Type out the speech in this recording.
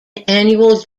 annual